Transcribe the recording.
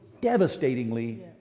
devastatingly